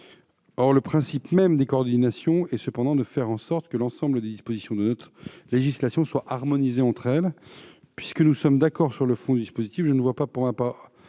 Le principe même des coordinations est cependant de faire en sorte que l'ensemble des dispositions de notre législation soient harmonisées entre elles. Puisque nous sommes d'accord sur le fond du dispositif, je ne vois aucune